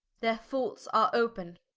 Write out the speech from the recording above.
their faults are open,